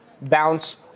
bounce